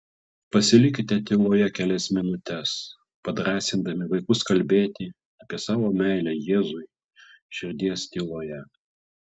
pasilikite tyloje kelias minutes padrąsindami vaikus kalbėti apie savo meilę jėzui širdies tyloje